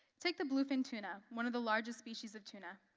take the bluefin tuna, one of the largest species of tuna.